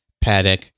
paddock